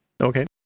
Okay